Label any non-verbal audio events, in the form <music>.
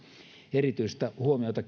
erityistä huomiota <unintelligible>